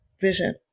vision